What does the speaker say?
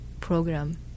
program